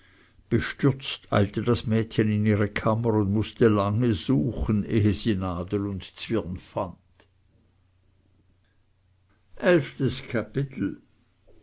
bestürzt eilte das mädchen in ihre kammer und mußte lange suchen ehe sie nadel und zwirn fand elftes kapitel